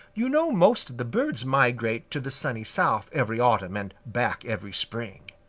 you know most of the birds migrate to the sunny south every autumn and back every spring.